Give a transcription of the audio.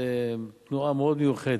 זו תנועה מאוד מיוחדת.